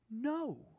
no